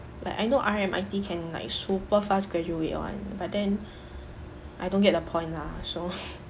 like I know R_M_I_T can like super fast graduate [one] but then I don't get the point lah so